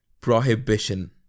Prohibition